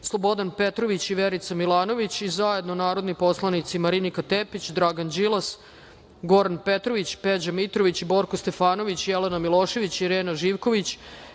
Slobodan Petrović i Verica Milanović i zajedno narodni poslanici Marinika Tepić, Dragan Đilas, Goran Petrović, Peđa Mitrović, Borko Stefanović, Jelena Milošević, Irena Živković,